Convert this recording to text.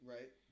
Right